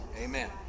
amen